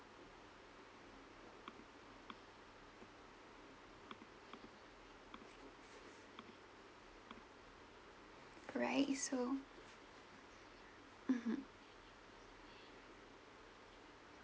right so mmhmm